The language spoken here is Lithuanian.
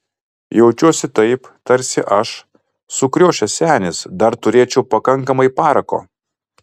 jaučiuosi taip tarsi aš sukriošęs senis dar turėčiau pakankamai parako